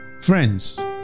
Friends